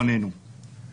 זאת הייתה ההצעה.